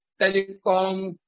telecom